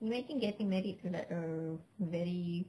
imagine getting married to like a very